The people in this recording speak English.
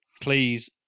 please